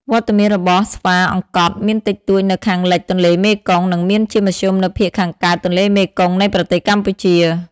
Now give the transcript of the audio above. វត្តមានរបស់ស្វាអង្កត់មានតិចតួចនៅខាងលិចទន្លេមេគង្គ និងមានជាមធ្យមនៅភាគខាងកើតទន្លេមេគង្គនៃប្រទេសកម្ពុជា។